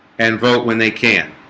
and vote when they can